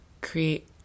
create